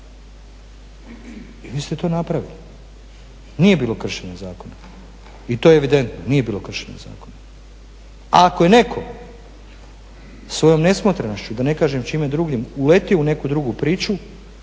i vi ste to napravili. Nije bio kršenja zakona i to je evidentno nije bilo kršenja zakona. Ako je netko svojom nesmotrenošću da ne kažem čime drugim uletio u neku drugu priču